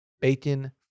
bacon